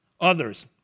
others